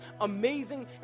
amazing